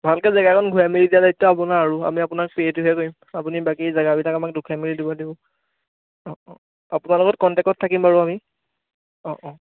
ভালকৈ জেগাকণ ঘূৰাই মেলি দিয়াৰ দায়িত্ব আপোনাৰ আৰু আমি পে'টোহে কৰিম আপুনি বাকী জাগাবিলাক আমাক দেখুৱাই মেলি দিব অঁ অঁ অপোনাৰ লগত কণ্টেক্টত থাকিম বাৰু আমি অঁ অঁ